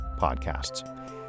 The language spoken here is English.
podcasts